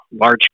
large